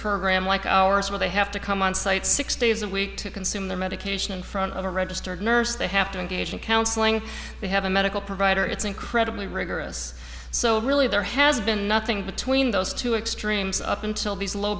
program like ours where they have to come on site six days a week to consume their medication in front of a registered nurse they have to engage in counseling they have a medical provider it's incredibly rigorous so really there has been nothing between those two extremes up until these low